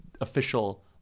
official